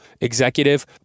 executive